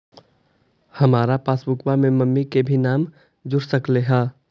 हमार पासबुकवा में मम्मी के भी नाम जुर सकलेहा?